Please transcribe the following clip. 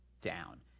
down